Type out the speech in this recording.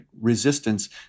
resistance